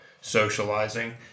socializing